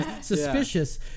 suspicious